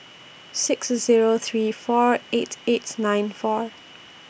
six Zero three four eight eight nine four